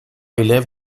élève